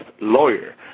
lawyer